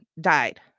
died